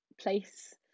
place